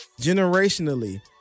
Generationally